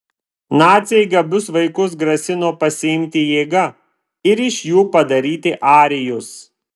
naciai gabius vaikus grasino pasiimti jėga ir iš jų padaryti arijus